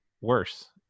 worse